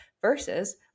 Versus